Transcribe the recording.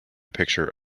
picture